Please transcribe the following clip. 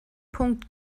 punkt